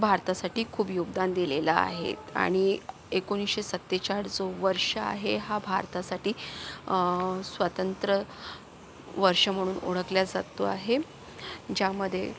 भारतासाठी खूप योगदान दिलेलं आहे आणि एकोणीसशे सत्तेचाळीस जो वर्ष आहे हा भारतासाठी स्वातंत्र्य वर्ष म्हणून ओळखला जातो आहे ज्यामध्ये